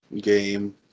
game